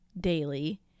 daily